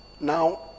now